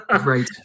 Right